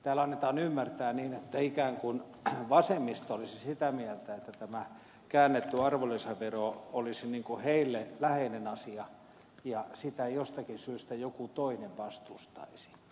täällä annetaan ymmärtää että ikään kuin vasemmisto olisi sitä mieltä että tämä käännetty arvonlisävero olisi heille läheinen asia ja sitä jostakin syystä joku toinen vastustaisi